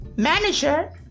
manager